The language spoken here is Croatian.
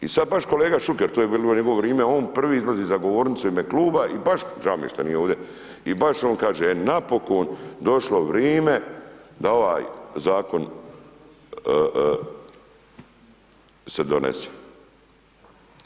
I sad baš kolega Šuker, to je bilo u njegovo vrime, on prvi izlazi za govornicu u ime kluba i baš, žao mi je što nije ovdje i baš on kaže e napokon došlo vrime da ovaj zakon se donese.